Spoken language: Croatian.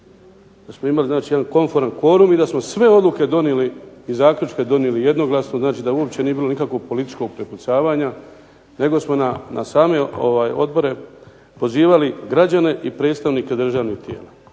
da smo imali znači jedan komforan kvorum i da smo sve odluke donijeli i zaključke donijeli jednoglasno, znači da uopće nije bilo nikakvog političkog prepucavanja, nego smo na same odbore pozivali građane i predstavnike državnih tijela,